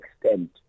extent